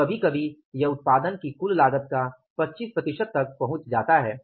तो कभी कभी यह उत्पादन की कुल लागत का 25 प्रतिशत तक पहुंच जाता है